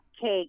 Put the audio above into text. cake